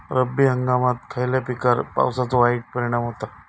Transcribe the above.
रब्बी हंगामात खयल्या पिकार पावसाचो वाईट परिणाम होता?